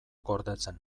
gordetzen